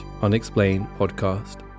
unexplainedpodcast